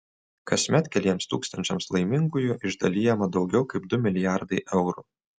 kasmet keliems tūkstančiams laimingųjų išdalijama daugiau kaip du milijardai eurų